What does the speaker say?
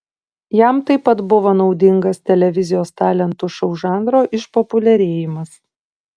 jam taip pat buvo naudingas televizijos talentų šou žanro išpopuliarėjimas